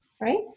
Right